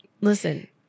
listen